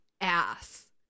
ass